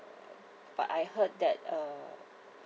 but I heard that uh